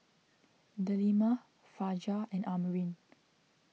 Delima Fajar and Amrin